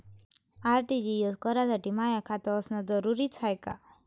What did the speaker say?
RTGS करासाठी माय खात असनं जरुरीच हाय का?